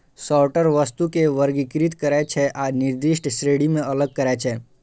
sorter वस्तु कें वर्गीकृत करै छै आ निर्दिष्ट श्रेणी मे अलग करै छै